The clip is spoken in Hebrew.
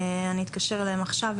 אני אתקשר אליהן עכשיו,